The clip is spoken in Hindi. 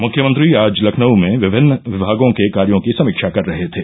मुख्यमंत्री आज लखनऊ में विभिन्न विभागों के कार्यों की समीक्षा कर रहे थे